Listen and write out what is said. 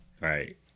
Right